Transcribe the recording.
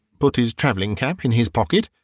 put his travelling-cap in his pocket,